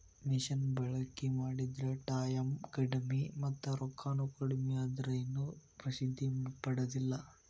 ಮಿಷನ ಬಳಕಿ ಮಾಡಿದ್ರ ಟಾಯಮ್ ಕಡಮಿ ಮತ್ತ ರೊಕ್ಕಾನು ಕಡಮಿ ಆದ್ರ ಇನ್ನು ಪ್ರಸಿದ್ದಿ ಪಡದಿಲ್ಲಾ